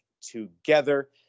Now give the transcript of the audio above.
together